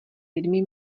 lidmi